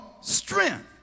strength